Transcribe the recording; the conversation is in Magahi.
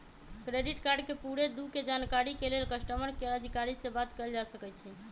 क्रेडिट कार्ड के पूरे दू के जानकारी के लेल कस्टमर केयर अधिकारी से बात कयल जा सकइ छइ